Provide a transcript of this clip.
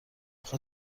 اخه